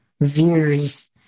views